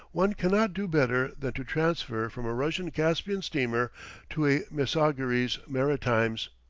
one cannot do better than to transfer from a russian caspian steamer to a messageries maritimes.